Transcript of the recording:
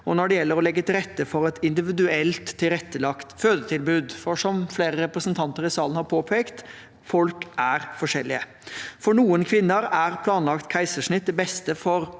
og når det gjelder å legge til rette for et individuelt tilrettelagt fødetilbud. Som flere representanter i salen har påpekt: Folk er forskjellige. For noen kvinner er planlagt keisersnitt det beste for